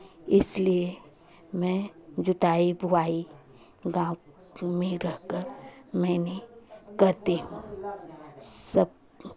इसलिए मैं जुताई बुआई गाँव में रहकर मैंने करती हूँ सब